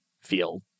feel